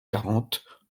quarante